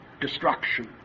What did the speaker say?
destruction